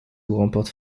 remporte